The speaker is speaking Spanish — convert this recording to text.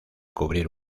cubrir